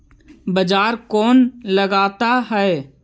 बाजार कौन लगाता है?